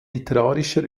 literarischer